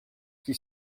qui